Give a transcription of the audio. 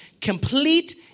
Complete